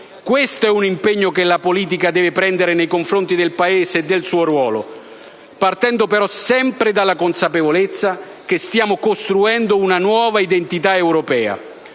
Questo è un impegno che la politica deve prendere nei confronti del Paese e del suo ruolo, partendo però sempre della consapevolezza che stiamo costruendo una nuova identità europea.